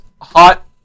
Hot